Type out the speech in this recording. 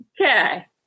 Okay